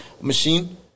machine